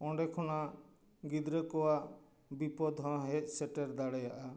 ᱚᱸᱰᱮ ᱠᱷᱚᱱᱟᱜ ᱜᱤᱫᱽᱨᱟᱹ ᱠᱚᱣᱟᱜ ᱵᱤᱯᱚᱫ ᱦᱚᱸ ᱦᱮᱡ ᱥᱮᱴᱮᱨ ᱫᱟᱲᱮᱭᱟᱜᱼᱟ